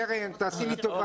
קרן, תעשי לי טובה.